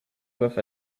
with